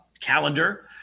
calendar